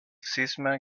cisma